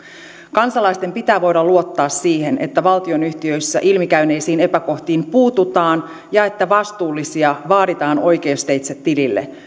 kansalaisten pitää voida luottaa siihen että valtionyhtiöissä ilmi käyneisiin epäkohtiin puututaan ja että vastuullisia vaaditaan oikeusteitse tilille